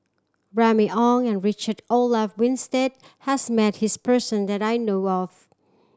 Remy Ong and Richard Olaf Winstedt has met his person that I know of